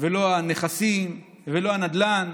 לא הנכסים ולא הנדל"ן.